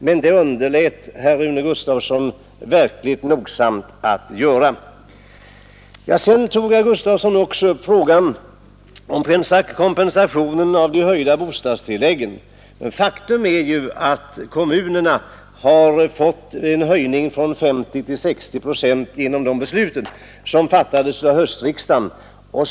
Men det underlät herr Rune Gustavsson verkligt nogsamt att göra. Sedan tog herr Gustavsson också upp frågan om kompensation för de höjda bostadstilläggen. Faktum är ju att kommunerna har fått en höjning från 50 till 60 procent genom det beslut som fattades av höstriksdagen.